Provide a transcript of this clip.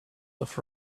off